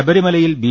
ശബരിമലയിൽ ബി